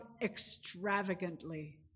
extravagantly